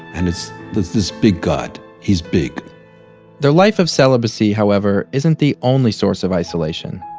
and it's this this big god. he's big their life of celibacy, however, isn't the only source of isolation.